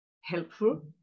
helpful